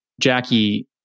Jackie